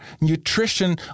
nutrition